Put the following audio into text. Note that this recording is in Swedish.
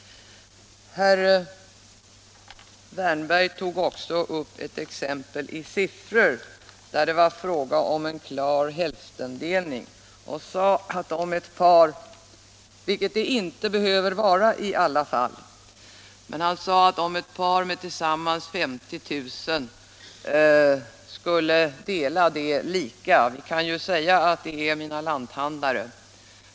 Herr Wärnberg tog också ett sifferexempel som gällde ett klart fall av hälftendelning. Han sade att ett par med tillsammans 50 000 kr. i inkomst som skulle dela denna lika skulle lura staten på 1 000 kr. genom att manipulera.